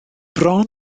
bron